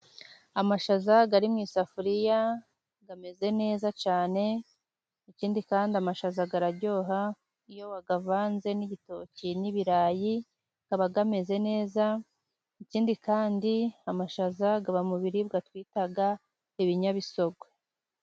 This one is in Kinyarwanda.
Amashaza ari mu isafuriya ameze neza cyane ikindi kandi amashaza araryoha iyo wayavanze n'ibitoki n'ibirayi aba ameze neza, ikindi kandi amashaza aba mu biribwa twita ibinyabisogwe.